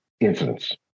incidents